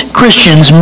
Christians